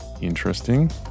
interesting